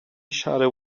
shadow